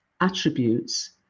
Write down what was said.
attributes